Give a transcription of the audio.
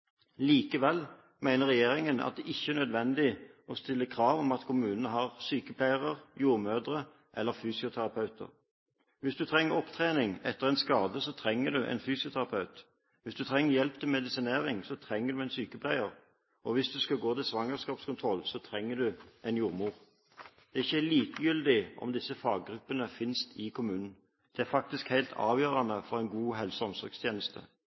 likevel mener regjeringen at det ikke er nødvendig å stille krav om at kommunene har sykepleiere, jordmødre eller fysioterapeuter. Hvis man trenger opptrening etter en skade, trenger man en fysioterapeut. Hvis man trenger hjelp til medisinering, trenger man en sykepleier, og hvis man skal gå til svangerskapskontroll, trenger man en jordmor. Det er ikke likegyldig om disse faggruppene finnes i kommunen, det er faktisk helt avgjørende for en god helse- og omsorgstjeneste.